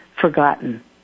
forgotten